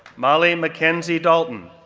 molly mackenzie dalton,